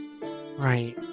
Right